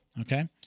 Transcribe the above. Okay